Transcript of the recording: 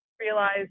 realize